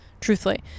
truthfully